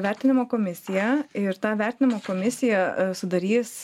vertinimo komisija ir tą vertinimo komisiją sudarys